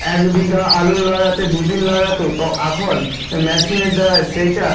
এক বিঘা আলু লাগাতে দু দিন লাগাত তো এখন মেশিনের দ্বারায় সেইটা